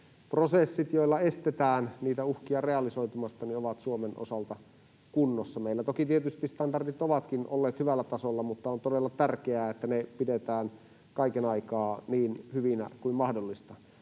prosessit, joilla estetään niitä uhkia realisoitumasta, ovat Suomen osalta kunnossa. Meillä toki tietysti standardit ovatkin olleet hyvällä tasolla, mutta on todella tärkeää, että ne pidetään kaiken aikaa niin hyvinä kuin mahdollista.